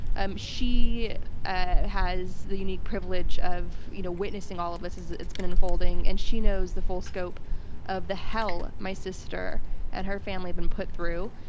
and she ah has the unique privilege of you know witnessing all of this as it's been unfolding and she knows the full scope of the hell my sister and her family have been put through.